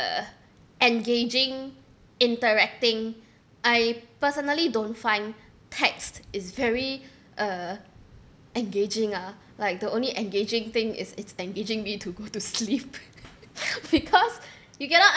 uh engaging interacting I personally don't find text is very err engaging ah like the only engaging thing is it's engaging me to go to sleep because you cannot